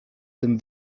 tym